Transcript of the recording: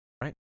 Right